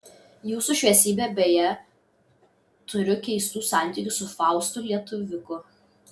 jūsų šviesybe beje turiu keistų santykių su faustu lietuviuku